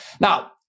Now